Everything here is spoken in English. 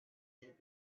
had